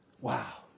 Wow